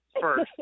First